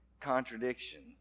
contradiction